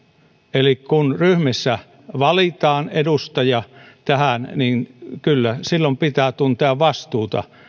eli kun ryhmissä valitaan edustaja tähän niin kyllä silloin pitää tuntea vastuuta